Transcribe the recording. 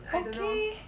okay